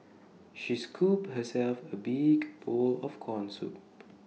she scooped herself A big bowl of Corn Soup